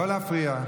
לא להפריע.